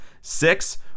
six